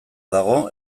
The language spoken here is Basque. dago